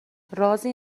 رازی